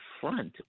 front